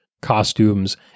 costumes